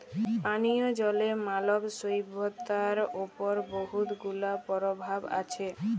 পানীয় জলের মালব সইভ্যতার উপর বহুত গুলা পরভাব আছে